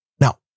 Now